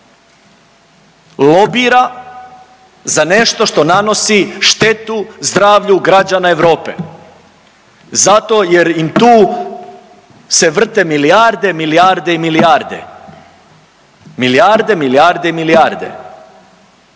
lobira za nešto što nanosi štetu zdravlja građana Europe zato jer im tu se vrte milijarde, milijarde i milijarde, milijarde, milijarde i milijarde.